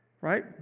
Right